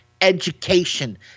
education